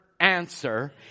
answer